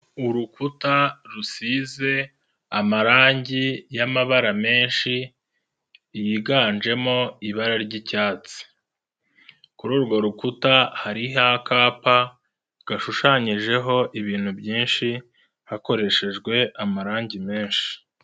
Urukuta rusize amarangi y'amabara menshi yiganjemo ibara ry'icyatsi. Kuri urwo rukuta hari n'akapa gashushanyijeho ibintu byinshi, hakoreshejwe amarangi menshi.